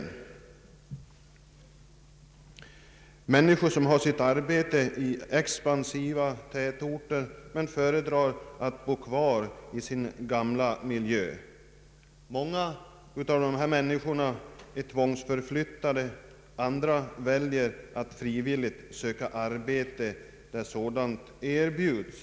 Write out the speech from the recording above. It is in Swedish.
Det är människor som har sitt arbete i expansiva tätorter men föredrar att bo kvar i sin gamla miljö. Många av dem är tvångsförflyttade, andra väljer att frivilligt söka arbete där sådant erbjuds.